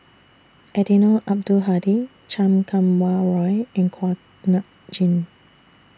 Eddino Abdul Hadi Chan Kum Wah Roy in Kuak Nam Jin